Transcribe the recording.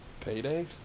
Payday